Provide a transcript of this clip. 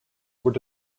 were